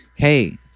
Hey